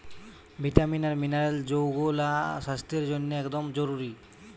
vitamin আর mineral যৌগুলা স্বাস্থ্যের জন্যে একদম জরুরি